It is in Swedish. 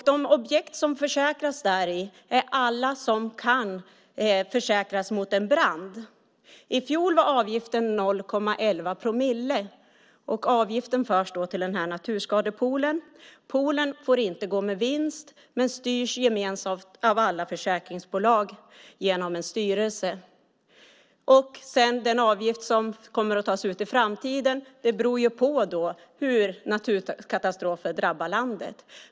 De objekt som försäkras däri är alla sådana som kan försäkras mot brand. I fjol var avgiften 0,11 promille. Avgiften förs till Naturskadepoolen. Den får alltså inte gå med vinst, och den styrs gemensamt av alla försäkringsbolag genom en styrelse. Storleken på den avgift som kommer att tas ut i framtiden beror på hur naturkatastrofer drabbar landet.